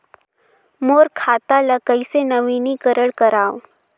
मोर खाता ल कइसे नवीनीकरण कराओ?